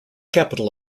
capital